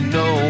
no